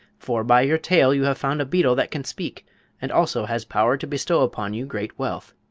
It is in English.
for by your tale you have found a beetle that can speak and also has power to bestow upon you great wealth.